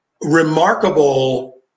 remarkable